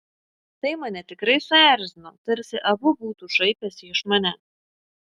tai mane tikrai suerzino tarsi abu būtų šaipęsi iš manęs